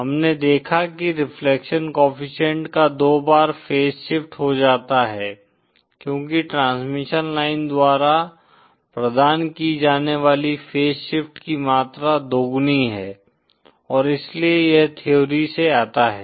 हमने देखा कि रिफ्लेक्शन कोएफ़िशिएंट का दो बार फेस शिफ्ट हो जाता है क्योंकि ट्रांसमिशन लाइन द्वारा प्रदान की जाने वाली फेस शिफ्ट की मात्रा दोगुनी है और इसलिए यह थ्योरी से आता है